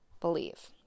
believe